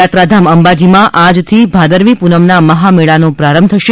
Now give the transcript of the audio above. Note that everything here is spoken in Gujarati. યાત્રાધામ અંબાજીમાં આજથી ભાદરવી પૂનમના મહામેળાનો પ્રારંભ થશે